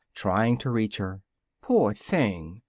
trying to reach her poor thing!